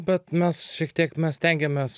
bet mes šiek tiek mes stengiamės